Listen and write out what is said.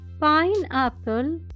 Pineapple